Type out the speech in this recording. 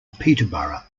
peterborough